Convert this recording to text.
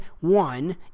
one